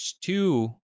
two